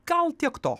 gal tiek to